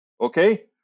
Okay